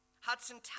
Hudson